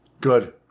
Good